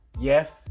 Yes